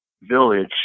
village